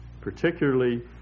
particularly